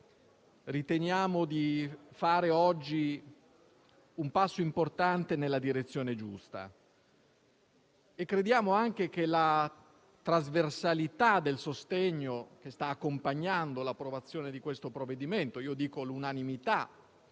riteniamo di fare oggi un passo importante nella direzione giusta. Crediamo anche che la trasversalità del sostegno che sta accompagnando l'approvazione di questo provvedimento - io dico l'unanimità